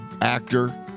actor